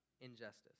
injustice